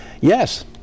yes